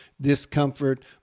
discomfort